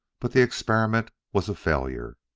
but the experiment was a failure.